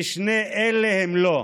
ושני אלה הם לא.